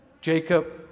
Jacob